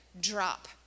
drop